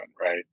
right